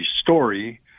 story